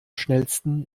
schnellsten